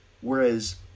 Whereas